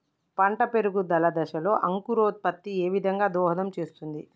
పంట పెరుగుదల దశలో అంకురోత్ఫత్తి ఏ విధంగా దోహదం చేస్తుంది?